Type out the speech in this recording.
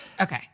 Okay